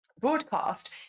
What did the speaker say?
broadcast